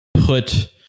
put